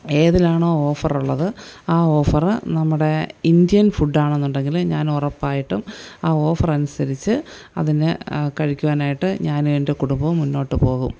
ഏതിലാണോ ഓഫറുള്ളത് ആ ഓഫർ നമ്മുടെ ഇന്ത്യൻ ഫുഡാണെന്നുണ്ടെങ്കിൽ ഞാൻ ഉറപ്പായിട്ടും ആ ഓഫറനുസരിച്ച് അതിന് കഴിക്കുവാനായിട്ട് ഞാനും എൻ്റെ കുടുംബവും മുന്നോട്ട് പോവും